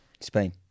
Spain